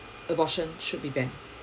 abortion should be banned